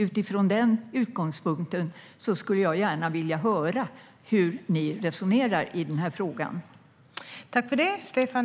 Utifrån den utgångspunkten skulle jag gärna vilja höra hur ni resonerar i den här frågan.